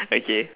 okay